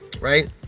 Right